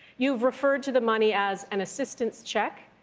you've referred to the money as an assistance cheque.